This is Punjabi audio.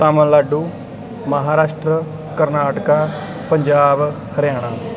ਤਾਮਿਲਨਾਡੂ ਮਹਾਰਾਸ਼ਟਰ ਕਰਨਾਟਕ ਪੰਜਾਬ ਹਰਿਆਣਾ